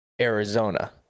Arizona